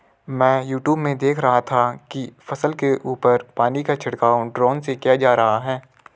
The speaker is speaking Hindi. मैं यूट्यूब में देख रहा था कि फसल के ऊपर पानी का छिड़काव ड्रोन से किया जा रहा है